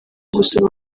gusura